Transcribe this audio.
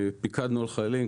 פיקדנו על חיילים,